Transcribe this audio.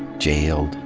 jailed,